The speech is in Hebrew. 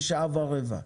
זה שעה ורבע.